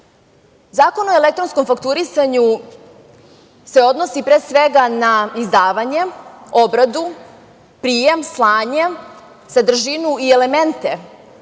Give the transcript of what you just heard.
o elektronskom fakturisanju se odnosi pre svega na izdavanje, obradu, prijem, slanje, sadržinu i elemente